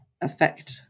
affect